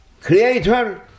creator